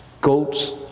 goats